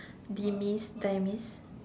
demise demise